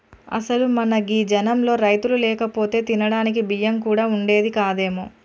అసలు మన గీ జనంలో రైతులు లేకపోతే తినడానికి బియ్యం కూడా వుండేది కాదేమో